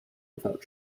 without